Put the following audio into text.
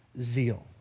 zeal